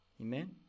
Amen